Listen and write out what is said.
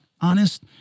honest